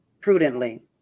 prudently